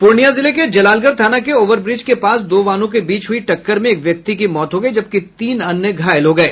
पूर्णियां जिले के जलालगढ़ थाना के ओवरब्रिज के पास दो वाहनों के बीच हुई टक्कर में एक व्यक्ति की मौत हो गयी जबकि तीन अन्य घायल हो गये